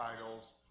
titles